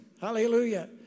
Hallelujah